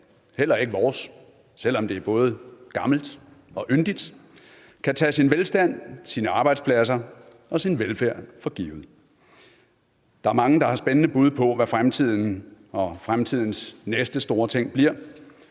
heller ikke vores, selv om det er både gammelt og yndigt, kan tage sin velstand, sine arbejdspladser og sin velfærd for givet. Der er mange, der har spændende bud på, hvad fremtiden byder på, og hvad fremtidens næste store ting bliver: